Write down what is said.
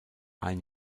ein